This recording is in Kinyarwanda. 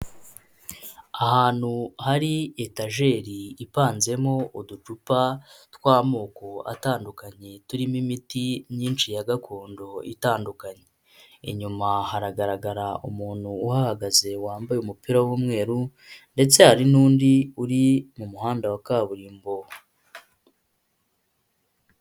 Ahantu hari etajeri ipanzemo uducupa tw'amoko atandukanye turimo imiti myinshi ya gakondo itandukanye, inyuma haragaragara umuntu uhahagaze wambaye umupira w'umweru ndetse hari n'undi uri mu muhanda wa kaburimbo.